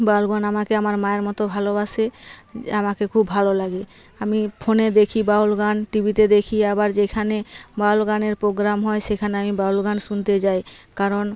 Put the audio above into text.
বাউল গান আমাকে আমার মায়ের মতো ভালোবাসে আমাকে খুব ভালো লাগে আমি ফোনে দেখি বাউল গান টিভিতে দেখি আবার যেখানে বাউল গানের প্রোগ্রাম হয় সেখানে আমি বাউল গান শুনতে যাই কারণ